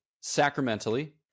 sacramentally